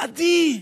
עדי,